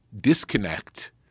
disconnect